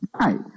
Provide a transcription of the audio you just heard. Right